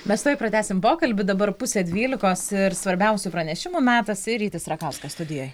mes tuoj pratęsim pokalbį dabar pusė dvylikos ir svarbiausių pranešimų metas ir rytis rakauskas studijoj